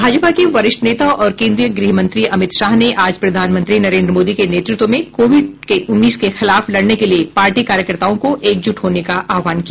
भाजपा के वरिष्ठ नेता और केंद्रीय गृह मंत्री अमित शाह ने आज प्रधानमंत्री नरेंद्र मोदी के नेतृत्व में कोविड के खिलाफ लड़ने के लिए पार्टी कार्यकर्ताओं को एकजुट होने का आह्वान किया